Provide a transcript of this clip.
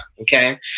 Okay